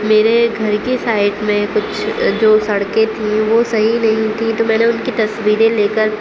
میرے گھر کی سائیٹ میں کچھ جو سڑکیں تھی وہ صحیح نہیں تھی تو میں نے ان کی تصویریں لے کر